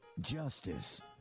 Justice